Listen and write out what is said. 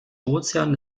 ozean